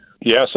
Yes